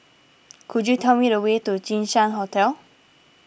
could you tell me the way to Jinshan Hotel